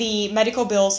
ya